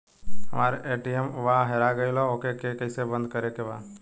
हमरा ए.टी.एम वा हेरा गइल ओ के के कैसे बंद करे के बा?